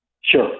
sure